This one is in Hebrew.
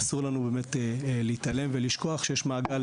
ואסור לנו באמת להתעלם ולשכוח שיש מעגל